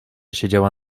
siedziała